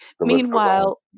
meanwhile